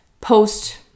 post